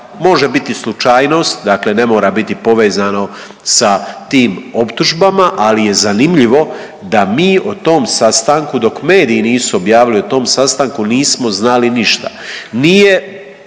Može biti slučajnost, dakle ne mora biti povezano sa tim optužbama, ali je zanimljivo da mi o tom sastanku dok mediji nisu objavili o tom sastanku nismo znali ništa.